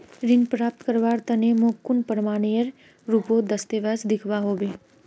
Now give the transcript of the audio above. ऋण प्राप्त करवार तने मोक कुन प्रमाणएर रुपोत दस्तावेज दिखवा होबे?